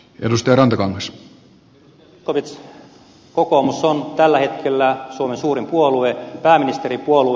edustaja zyskowicz kokoomus on tällä hetkellä suomen suurin puolue pääministeripuolue